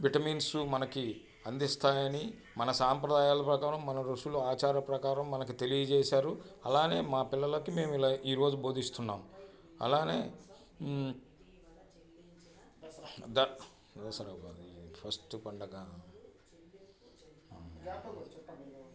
vitamins మనకి అందిస్తాయని మన సాంప్రదాయాల ప్రకారం మన ఋషులు ఆచారం ప్రకారం మనకు తెలియజేశారు అలానే మా పిల్లలకి మేం ఇలా ఈ రోజు బోధిస్తున్నాం అలానే ఫస్టు పండగ